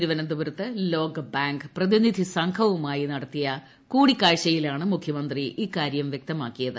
തിരുവനന്തപുരത്ത് ലോക ബാങ്ക് പ്രതിനിധി സംഘവുമായി നടത്തിയ കൂടിക്കാഴ്ചയിലാണ് മുഖ്യമന്ത്രി ഇക്കാരൃം വ്യക്തമാക്കിയത്